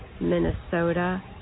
Minnesota